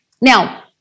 Now